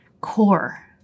core